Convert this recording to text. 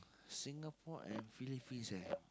Singapore and Philippines eh